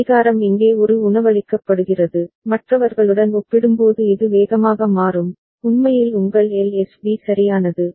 கடிகாரம் இங்கே ஒரு உணவளிக்கப்படுகிறது மற்றவர்களுடன் ஒப்பிடும்போது இது வேகமாக மாறும் உண்மையில் உங்கள் LSB சரியானது